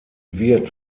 wird